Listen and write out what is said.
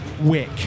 Wick